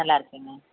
நல்லா இருக்கங்க